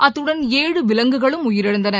அத்தடன் ஏழு விலங்குகளும் உயிரிழந்தன